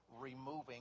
removing